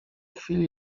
chwili